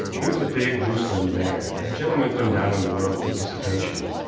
he was a big loose-limbed man, a gentleman come down in the world through dissipation.